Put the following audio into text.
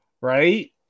Right